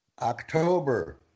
October